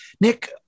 Nick